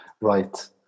Right